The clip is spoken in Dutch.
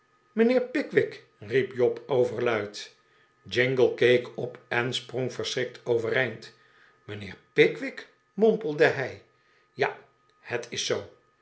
mijnheer pickwick riep job overluid jingle keek op en sprong verschrikt overeind mijnheer pickwick mompelde hij ja het is zoo